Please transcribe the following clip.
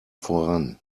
voran